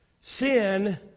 Sin